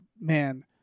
man